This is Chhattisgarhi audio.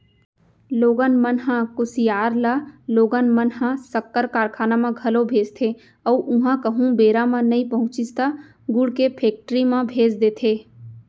लोगन मन ह कुसियार ल लोगन मन ह सक्कर कारखाना म घलौ भेजथे अउ उहॉं कहूँ बेरा म नइ पहुँचिस त गुड़ के फेक्टरी म भेज देथे